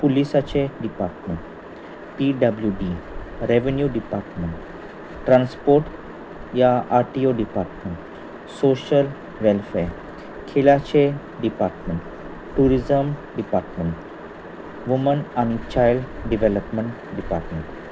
पुलीसाचे department P W D revenue department transport या R T O department social welfare खलाचे department tourism department woman आनी child development department